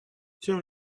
тем